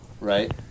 right